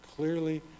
clearly